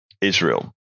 Israel